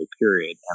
period